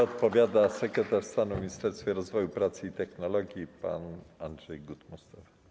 Odpowiada sekretarz stanu w Ministerstwie Rozwoju, Pracy i Technologii pan Andrzej Gut-Mostowy.